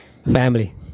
Family